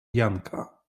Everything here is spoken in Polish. janka